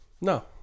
No